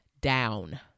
down